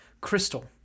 crystal